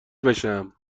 بشم